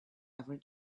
every